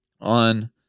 on